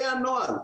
זה הנוהל.